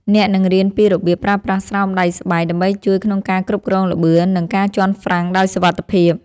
អ្នកនឹងរៀនពីរបៀបប្រើប្រាស់ស្រោមដៃស្បែក ដើម្បីជួយក្នុងការគ្រប់គ្រងល្បឿន និងការជាន់ហ្វ្រាំងដោយសុវត្ថិភាព។